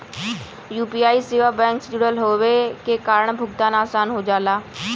UPI सेवा bank से जुड़ल होये के कारण भुगतान आसान हो जाला